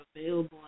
available